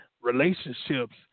relationships